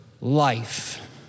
life